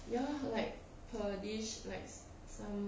ya like per dish like some